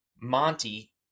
Monty